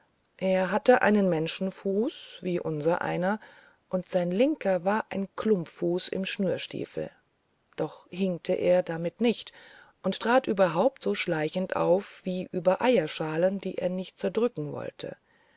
er hatte einen menschenfuß wie unser einer und sein linker war ein klumpfuß im schnürstiefel doch hinkte er damit nicht und trat überhaupt so schleichend auf wie über eierschalen die er nicht zerdrücken wollte